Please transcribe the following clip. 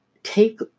take